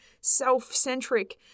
self-centric